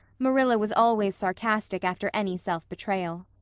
marilla was always sarcastic after any self-betrayal.